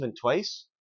twice